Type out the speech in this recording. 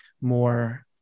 more